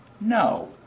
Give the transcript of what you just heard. No